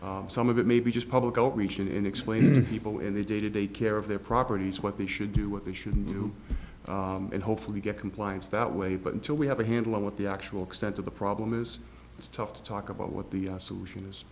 some of it maybe just public outreach and explain people in their day to day care of their properties what they should do what they shouldn't do and hopefully get compliance that way but until we have a handle on what the actual extent of the problem is it's tough to talk about what the solution is